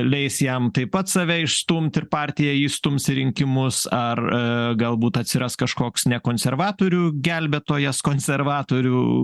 leis jam tai pat save išstumti ir partiją jį stums į rinkimus ar galbūt atsiras kažkoks ne konservatorių gelbėtojas konservatorių